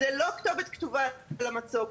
זה לא כתובת כתובה על המצוק.